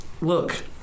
look